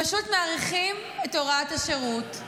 פשוט מאריכים את הוראת השירות.